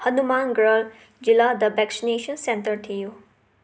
ꯍꯅꯨꯃꯥꯟꯒꯔ ꯖꯤꯂꯥꯗ vaccination centre ꯊꯤꯌꯨ